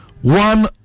one